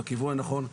בכיוון הנכון.